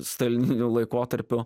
stalininiu laikotarpiu